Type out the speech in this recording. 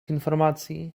informacji